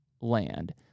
land